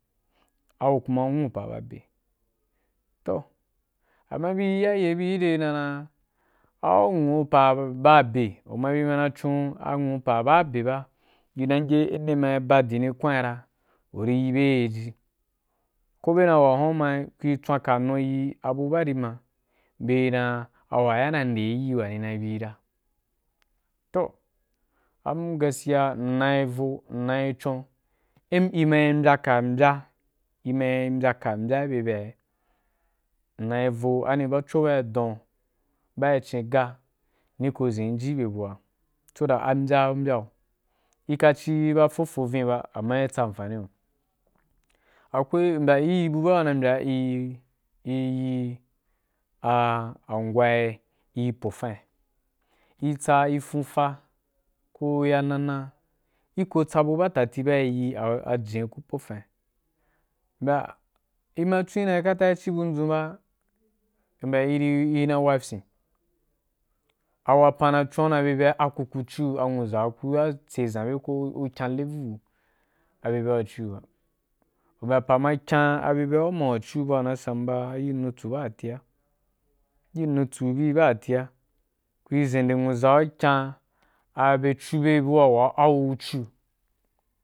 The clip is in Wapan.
Agu kuma a nwuu apa wa ba be, toh amma bui iyaye bui gire ina dan au nwuu apa wa ba be u ma con nwu apaa baa be be in nima ba be dan wa hunua ri tswanka noyi abu baari ma be dan a waga na nde iri wani ka biyi ga? Toh abun gaskiya m nai vo m nai con in i mai mbyaka mbya i mbya ka mbya ki byea ga m naī vo ani baco baa gi don baa a ki cin ga ni ko ʒen’u ji ki bye bua ga so that ambya ku mbayayo, i kaci ba fofo vinni amma i tsa amfanì iyo akwai u mba iri bu baa una mbya riyi, riyi angwa ri po fain i tsa i fun fa ko ya na na i ko tsa bu badati bari yi ajen’i ku po fain, mbya i ma con dan katai i ci bu dʒun ba u mbya iri, ina wa fyen a wapan na con’a ra abyea aku ku ciyo anwuʒa ku ya tse ʒabe ko ku kyam level abye byea ku cio ba u mbya apa ma kyan abu wa na san ba a yiri nutsu badate ku ri ʒende waa u kya abye cua waa aku ku ciyo.